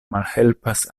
malhelpas